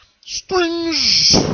Strings